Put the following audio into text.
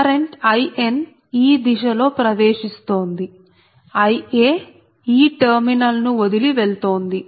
current In ఈ దిశ లో ప్రవేశిస్తోంది Ia ఈ టెర్మినల్ ను వదిలి వెళ్తోంది